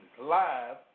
live